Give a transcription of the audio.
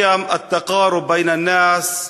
ערכי ההתקרבות בין האנשים,